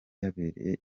yabereye